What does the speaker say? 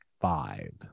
five